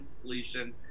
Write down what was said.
completion